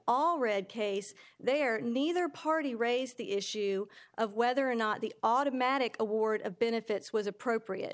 all writ case there neither party raised the issue of whether or not the automatic award of benefits was appropriate